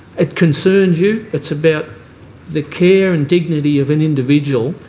it concerns you. it's about the care and dignity of an individual.